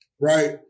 right